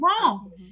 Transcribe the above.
wrong